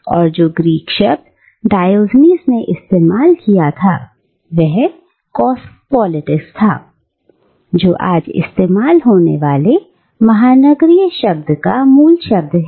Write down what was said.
और जो ग्रीक शब्द डायोजनीज ने इस्तेमाल किया था वह कोस्मोपोलिट्स था जो आज इस्तेमाल होने वाले महानगरीय शब्द का मूल शब्द है